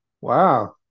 Wow